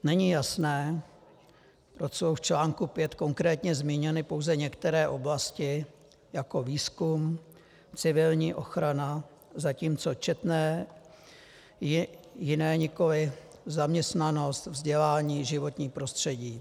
Není jasné, proč jsou v článku 5 konkrétně zmíněny pouze některé oblasti jako výzkum, civilní ochrana, zatímco četné jiné nikoli zaměstnanost, vzdělání, životní prostředí.